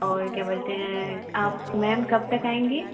और क्या बोलते हैं आप मैम कब तक आएँगी